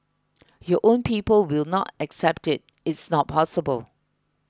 your own people will not accept it it's not possible